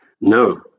No